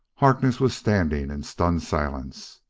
harkness was standing in stunned silence.